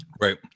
right